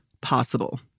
possible